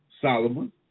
Solomon